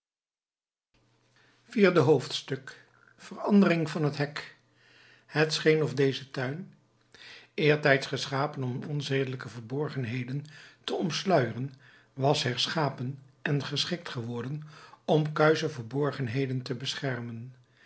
vierde hoofdstuk verandering van het hek het scheen of deze tuin eertijds geschapen om onzedelijke verborgenheden te omsluieren was herschapen en geschikt geworden om kuische verborgenheden te beschermen